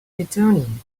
returning